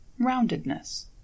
roundedness